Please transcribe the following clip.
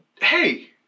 hey